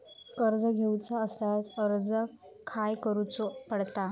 कर्ज घेऊचा असल्यास अर्ज खाय करूचो पडता?